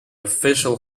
official